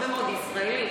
זאת ממשלה שמחבקת?